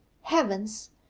heavens!